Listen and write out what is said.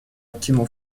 окинул